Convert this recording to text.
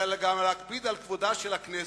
אלא להקפיד גם על כבודה של הכנסת.